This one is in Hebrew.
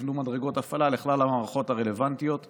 נבנו מדרגות הפעלה לכלל המערכות הרלוונטיות למענה,